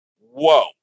Whoa